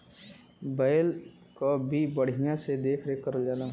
बैल क भी बढ़िया से देख रेख करल जाला